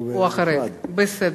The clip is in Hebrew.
בסדר.